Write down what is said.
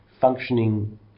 functioning